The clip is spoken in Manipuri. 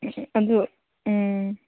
ꯑꯗꯨ